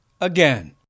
again